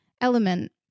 element